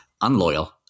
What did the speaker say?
unloyal